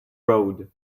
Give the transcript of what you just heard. road